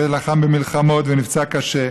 ולחם במלחמות ונפצע קשה.